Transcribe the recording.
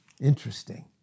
Interesting